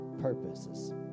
purposes